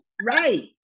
Right